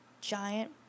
giant